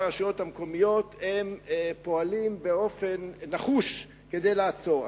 הרשויות המקומיות פועלים באופן נחוש כדי לעצור.